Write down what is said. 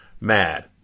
mad